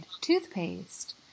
toothpaste